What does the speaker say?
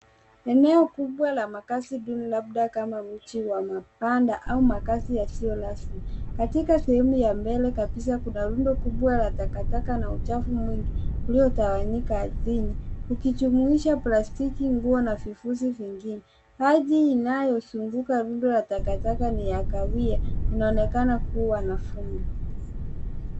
Eneo kubwa la makazi duni, labda kama mji wa mapanda au makazi yasiyo rasmi. Katika sehemu ya mbele kabisa kuna rundo kubwa la takataka na uchafu mwingi uliotawanyika ardhini, ukijumuisha plastiki, nguo na vifusi vingine. Ardhi inayozunguka rundo la takataka ni ya kawi, inaonekana kuwa na vumbi.